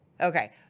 Okay